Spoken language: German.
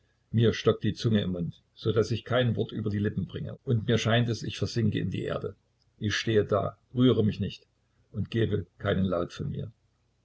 mir stockt die zunge im munde so daß ich kein wort über die lippen bringe und mir scheint es ich versinke in die erde ich stehe da rühre mich nicht und gebe keinen laut von mir